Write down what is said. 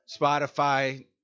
Spotify